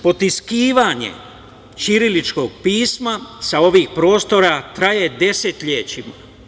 Potiskivanje ćiriličkog pisma sa ovih prostora traje 10 leta.